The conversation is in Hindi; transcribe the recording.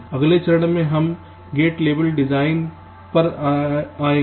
अगले चरण में हम गेट लेवल डिज़ाइन पर आएंगे